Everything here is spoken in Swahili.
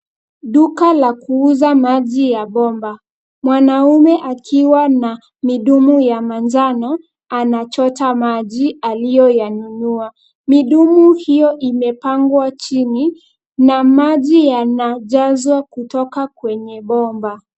Duka la kuuza maji ya bomba, mwanaume akiwa na midumu ya manjano, anachota maji, aliyoyanunua. Midumu hiyo imepangwa chini, na maji yanajazwa kutoka kwenye bomba.